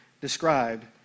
described